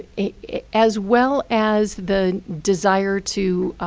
as well as the desire to